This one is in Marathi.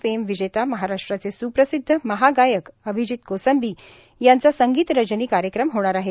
फेम विजेता महाराष्ट्राचे सुप्रसिद्ध महागायक अभिजीत कोसंबी यांचा संगीत रजनी कार्यक्रम होणार आहे